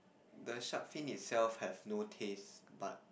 the shark fin itself have no taste but